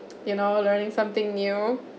you know learning something new